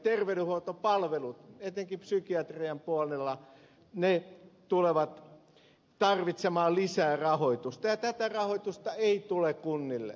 terveydenhuoltopalvelut etenkin psykiatrian puolella tulevat tarvitsemaan lisää rahoitusta ja tätä rahoitusta ei tule kunnille